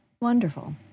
Wonderful